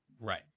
right